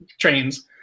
trains